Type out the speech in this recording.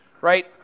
right